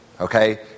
Okay